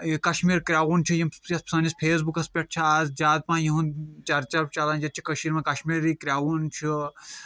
کشمیٖر کریوُن چھُ یِم چھِ کشمیٖر کریوُن چھُ پرٮ۪تھ سٲنِس فیس بُکس پٮ۪ٹھ چھُ از زیادٕ پہن یُہنٛد چرچہٕ چلان یتہِ چھُ کٔشیٖر منٛز کشمیری کریوُن چھُ